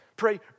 Pray